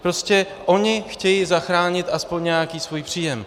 Oni prostě chtějí zachránit aspoň nějaký svůj příjem.